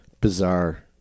bizarre